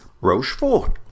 rochefort